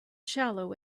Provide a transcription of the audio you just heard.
shallow